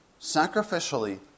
sacrificially